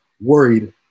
worried